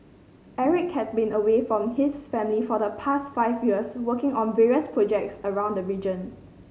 Eric had been away from his family for the past five years working on various projects around the region